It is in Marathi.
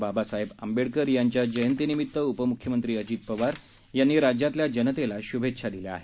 बाबासाहेब आंबेडकर यांच्या जयंतीनिमित उपम्ख्यमंत्री अजित पवार यांनी राज्यातल्या जनतेला श्भेच्छा दिल्या आहेत